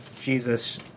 Jesus